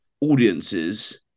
audiences